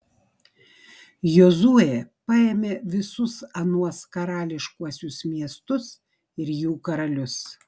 jozuė paėmė visus anuos karališkuosius miestus ir jų karalius